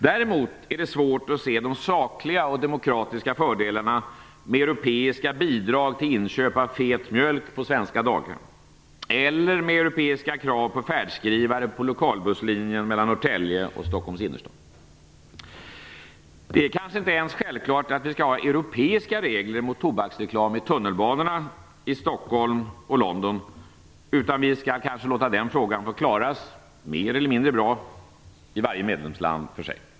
Däremot är det svårt att se de sakliga och demokratiska fördelarna med europeiska bidrag till inköp av fet mjölk på svenska daghem eller med europeiska krav på färdskrivare på lokalbusslinjen mellan Norrtälje och Stockholms innerstad. Det är kanske inte ens självklart att vi skall ha europeiska regler mot tobaksreklam i tunnelbanorna i Stockholm och London. Vi skall kanske låta den frågan få klaras av, mer eller mindre bra, i varje medlemsland för sig.